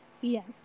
Yes